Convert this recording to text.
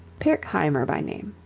pirkheimer by name.